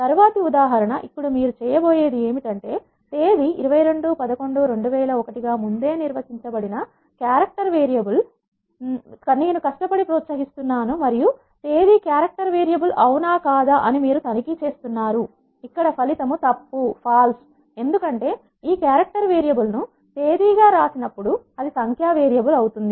తర్వాతి ఉదాహరణ ఇక్కడ మీరు చేయబోయేది ఏమిటంటే తేదీ 22 11 2001 గా ముందే నిర్వచించబడిన క్యారెక్టర్ వేరియబుల్ నేను కష్టపడి ప్రోత్సహిస్తున్నాను మరియు తేదీ క్యారెక్టర్ వేరియబుల్ అవునా కాదా అని మీరు తనిఖీ చేస్తున్నారు ఫలితం తప్పు ఎందుకంటే ఈ క్యారెక్టర్ వేరియబుల్ ను తేదీ గా రాసినప్పుడు అది సంఖ్య వేరియబుల్ అవుతుంది